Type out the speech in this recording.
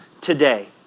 today